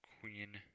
Queen